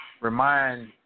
remind